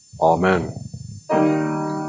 Amen